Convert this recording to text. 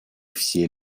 все